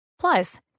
Plus